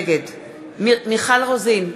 נגד מיכל רוזין,